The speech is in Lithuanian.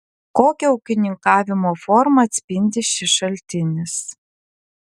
kokią ūkininkavimo formą atspindi šis šaltinis